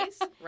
Right